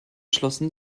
schlossen